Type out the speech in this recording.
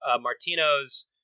Martino's